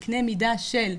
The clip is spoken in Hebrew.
בקנה מידה של,